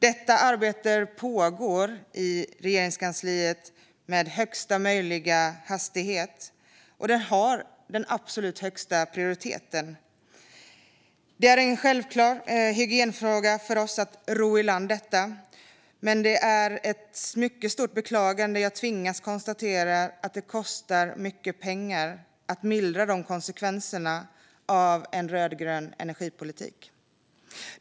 Detta arbete pågår i Regeringskansliet med högsta möjliga hastighet och har den absolut högsta prioriteten. Det är en självklar hygienfråga för oss att ro i land detta. Men det är med ett mycket stort beklagande jag tvingas konstatera att det kostar mycket pengar att mildra konsekvenserna av en rödgrön energipolitik.